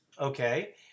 okay